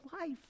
life